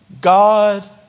God